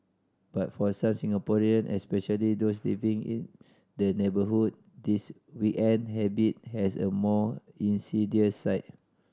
but for such Singaporean especially those living in the neighbourhood this weekend habit has a more insidious side